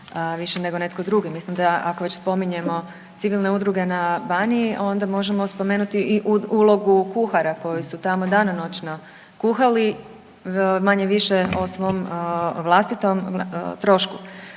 više nego netko drugi. Mislim da ako već spominjemo civilne udruge na Baniji onda možemo spomenuti i ulogu kuhara koji su tamo danonoćno kuhali manje-više o svom vlastitom trošku.